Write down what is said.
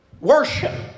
worship